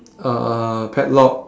uh padlock